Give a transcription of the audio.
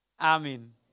amen